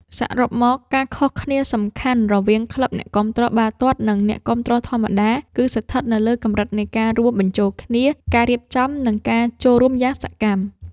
សរុបមក ការខុសគ្នាសំខាន់រវាងក្លឹបអ្នកគាំទ្របាល់ទាត់ និងអ្នកគាំទ្រធម្មតា គឺស្ថិតនៅលើកម្រិតនៃការរួមបញ្ចូលគ្នា ការរៀបចំ និងការចូលរួមយ៉ាងសកម្ម។